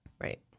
right